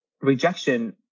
rejection